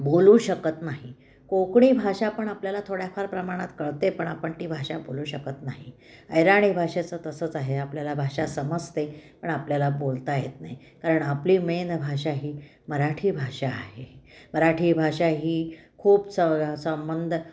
बोलू शकत नाही कोकणी भाषा पण आपल्याला थोड्याफार प्रमाणात कळते पण आपण ती भाषा बोलू शकत नाही अहिराणी भाषेचं तसंच आहे आपल्याला भाषा समजते पण आपल्याला बोलता येत नाही कारण आपली मेन भाषा ही मराठी भाषा आहे मराठी भाषा ही खूप स संबंध